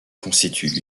constituent